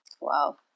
Wow